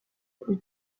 plus